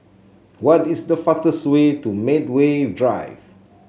what is the fastest way to Medway Drive